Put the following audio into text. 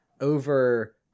over –